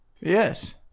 yes